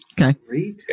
Okay